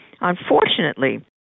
Unfortunately